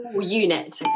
unit